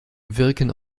wirken